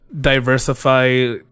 diversify